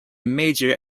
major